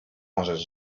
możesz